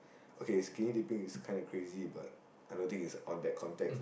okay skinny dipping is kind of crazy but I don't think is on that context